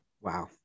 Wow